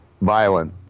violent